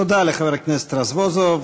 תודה לחבר הכנסת רזבוזוב.